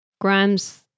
Grimes-